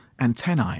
antennae